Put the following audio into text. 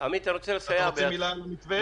אתה רוצה מילה על המתווה?